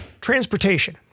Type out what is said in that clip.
Transportation